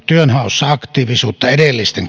työnhaussa aktiivisuutta edellisten